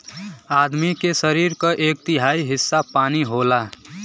आदमी के सरीर क एक तिहाई हिस्सा पानी होला